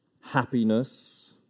happiness